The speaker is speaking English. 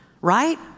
right